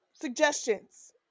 Suggestions